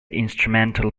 instrumental